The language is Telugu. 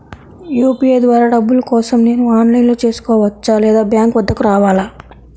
యూ.పీ.ఐ ద్వారా డబ్బులు కోసం నేను ఆన్లైన్లో చేసుకోవచ్చా? లేదా బ్యాంక్ వద్దకు రావాలా?